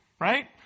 right